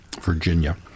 Virginia